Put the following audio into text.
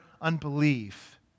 unbelief